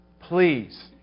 Please